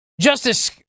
Justice